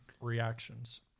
reactions